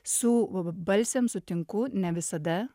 su b b balsėm sutinku ne visada